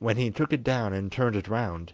when he took it down and turned it round,